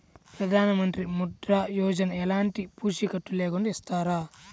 ప్రధానమంత్రి ముద్ర యోజన ఎలాంటి పూసికత్తు లేకుండా ఇస్తారా?